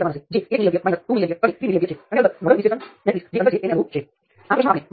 તેથી I1 I2 એ K × Ix છે અને Ix પોતે આ શાખા R13 માંનો કરંટ છે તેથી તે K × I1 I3 છે